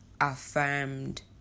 affirmed